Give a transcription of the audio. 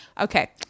Okay